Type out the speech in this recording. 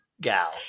gal